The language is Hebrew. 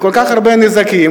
כל כך הרבה נזקים,